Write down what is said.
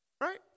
right